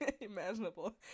imaginable